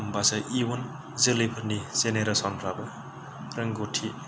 होनबासो इयुन जोलैफोरनि जेनेरेसनफ्राबो रोंगौथि